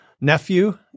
nephew